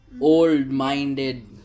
old-minded